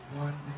One